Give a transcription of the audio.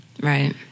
Right